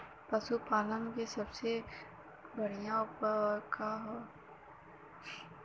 पशु पालन के सबसे बढ़ियां उपाय का बा?